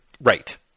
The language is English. Right